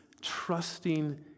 trusting